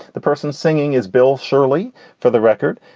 the person singing is bill shirley for the record.